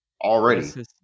Already